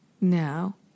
now